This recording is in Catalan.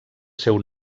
seu